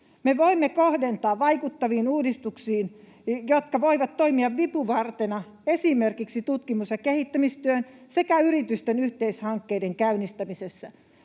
Me voimme kohdentaa vaikuttaviin uudistuksiin, jotka voivat toimia vipuvartena esimerkiksi tutkimus‑ ja kehittämistyön sekä yritysten yhteishankkeiden käynnistämisessä.